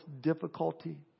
difficulty